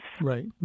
Right